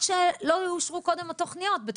כמו שהתוספות הקודמות שניתנו קיבלו ביטוי.